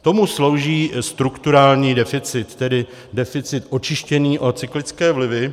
Tomu slouží strukturální deficit, tedy deficit očištěný o cyklické vlivy.